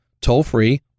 Toll-free